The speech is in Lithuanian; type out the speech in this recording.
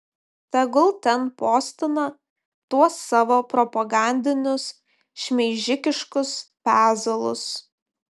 tegul ten postina tuos savo propagandinius šmeižikiškus pezalus